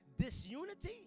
disunity